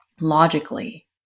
logically